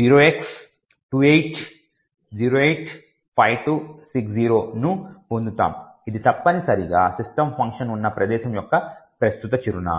0x28085260ను పొందుతాము ఇది తప్పనిసరిగా సిస్టమ్ ఫంక్షన్ ఉన్న ప్రదేశం యొక్క ప్రస్తుత చిరునామా